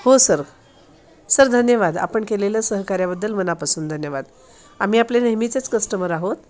हो sir sir धन्यवाद आपण केलेलं सहकार्याबद्दल मनापासून धन्यवाद आम्ही आपले नेहमीचेच कस्टमर आहोत